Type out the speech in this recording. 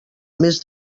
més